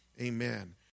Amen